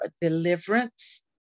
deliverance